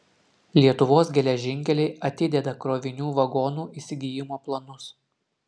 lietuvos geležinkeliai atideda krovinių vagonų įsigijimo planus